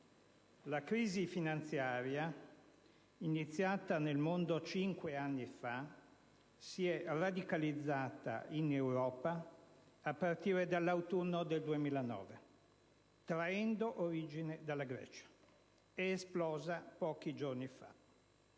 La crisi finanziaria, iniziata nel mondo cinque anni fa, si è radicalizzata in Europa a partire dall'autunno del 2009, traendo origine dalla Grecia, ed è esplosa pochi giorni fa.